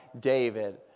David